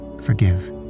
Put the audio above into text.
forgive